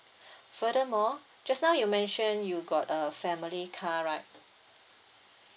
furthermore just now you mention you got a family car right